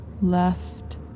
left